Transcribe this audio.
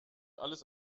alles